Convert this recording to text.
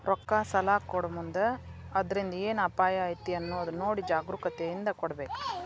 ರೊಕ್ಕಾ ಸಲಾ ಕೊಡೊಮುಂದ್ ಅದ್ರಿಂದ್ ಏನ್ ಅಪಾಯಾ ಐತಿ ಅನ್ನೊದ್ ನೊಡಿ ಜಾಗ್ರೂಕತೇಂದಾ ಕೊಡ್ಬೇಕ್